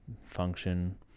function